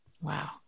wow